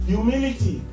Humility